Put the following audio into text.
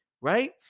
Right